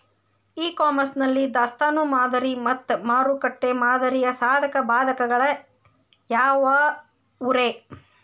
E commerce ನಲ್ಲಿ ದಾಸ್ತಾನು ಮಾದರಿ ಮತ್ತ ಮಾರುಕಟ್ಟೆ ಮಾದರಿಯ ಸಾಧಕ ಬಾಧಕಗಳ ಯಾವವುರೇ?